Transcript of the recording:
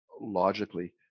logically